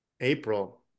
April